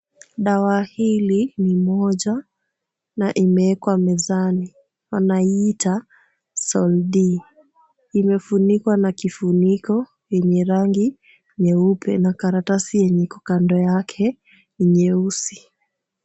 Dawa hili ni moja na imewekwa mezani wanaiita Soldy, imefunikwa na kifuniko yenye rangi nyeupe na karatasi yenye Iko kando yake ni nyeusi .